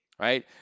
right